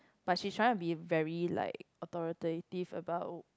but she's trying to be very like authoritative about